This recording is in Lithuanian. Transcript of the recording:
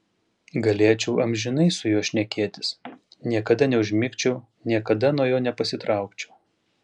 galėčiau amžinai su juo šnekėtis niekada neužmigčiau niekada nuo jo nepasitraukčiau